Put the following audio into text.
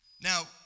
Now